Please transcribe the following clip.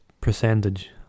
percentage